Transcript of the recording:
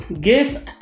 Guess